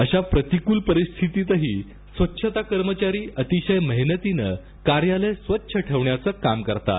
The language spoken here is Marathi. अशा प्रतिकूल परिस्थितीतही स्वच्छता कर्मचारी अतिशय मेहनतीने कार्यालय स्वच्छ ठेवण्याचे काम करतात